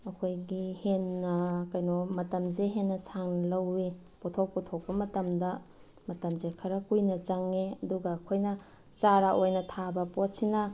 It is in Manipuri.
ꯑꯩꯈꯣꯏꯒꯤ ꯍꯦꯟꯅ ꯀꯩꯅꯣ ꯃꯇꯝꯁꯦ ꯍꯦꯟꯅ ꯁꯥꯡꯅ ꯂꯧꯏ ꯄꯣꯠꯊꯣꯛ ꯄꯨꯊꯣꯛꯄ ꯃꯇꯝꯗ ꯃꯇꯝꯁꯦ ꯈꯔ ꯀꯨꯏꯅ ꯆꯪꯏ ꯑꯗꯨꯒ ꯑꯩꯈꯣꯏꯅ ꯆꯥꯔ ꯑꯣꯏꯅ ꯊꯥꯕ ꯄꯣꯠꯁꯤꯅ